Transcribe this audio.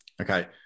okay